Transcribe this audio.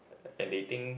and they think